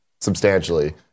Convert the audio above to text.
substantially